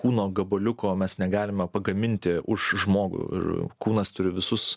kūno gabaliuko mes negalime pagaminti už žmogų ir kūnas turi visus